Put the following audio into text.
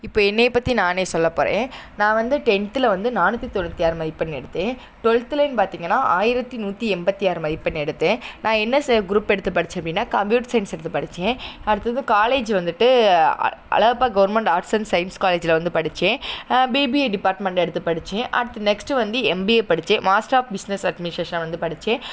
இப்போது என்னை பற்றி நானே சொல்லப் போகிறேன் நான் வந்து டென்த்தில் வந்து நானூற்றி தொண்ணூற்றி ஆறு மதிப்பெண் எடுத்தேன் டுவெல்த்துலேயும் பார்த்திங்கன்னா ஆயிரத்தி நூற்றி எண்பத்தி ஆறு மதிப்பெண் எடுத்தேன் நான் என்ன குரூப் எடுத்து படித்தேன் அப்படின்னா கம்ப்யூட்டர் சையின்ஸ் எடுத்து படித்தேன் அடுத்தது காலேஜ் வந்துவிட்டு Alagappa government arts and science காலேஜில் வந்து படித்தேன் பிபிஏ டிப்பார்ட்மெண்ட் எடுத்து படித்தேன் அடுத்து நெக்ஸ்ட்டு வந்து எம்பிஏ படித்தேன் மாஸ்டர் ஆஃப் பிஸ்னஸ் அட்மினிஸ்ட்ரேஷன் வந்து படித்தேன்